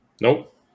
Nope